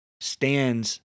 stands